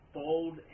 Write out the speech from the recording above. bold